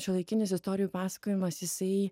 šiuolaikinis istorijų pasakojimas jisai